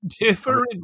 different